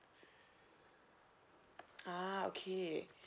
ah okay